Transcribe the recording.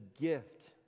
gift